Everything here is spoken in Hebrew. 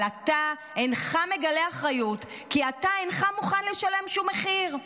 אבל אתה אינך מגלה אחריות כי אתה אינך מוכן לשלם שום מחיר.